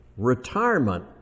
Retirement